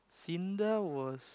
Syndra was